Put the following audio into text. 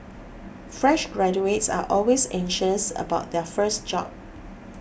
fresh graduates are always anxious about their first job